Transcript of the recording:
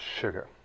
sugar